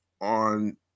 on